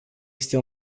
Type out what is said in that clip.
este